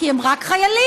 כי הם רק חיילים,